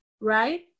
right